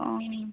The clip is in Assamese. অঁ